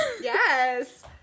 Yes